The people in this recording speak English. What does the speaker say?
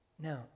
Now